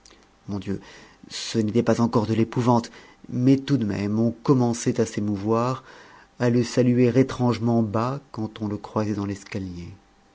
mon dieu ce n'était pas encore de l'épouvante mais tout de même on commençait à s'émouvoir à le saluer étrangement bas quand on le croisait dans l'escalier